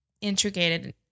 integrated